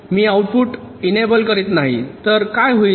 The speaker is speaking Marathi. मी आऊटपुट इनेबल करीत नाही तर काय होईल